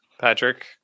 Patrick